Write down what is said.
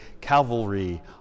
cavalry